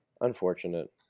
Unfortunate